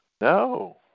no